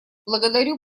благодарю